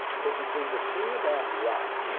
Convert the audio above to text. because you see the thing about rudd